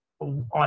on